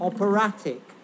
Operatic